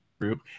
group